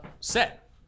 set